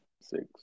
six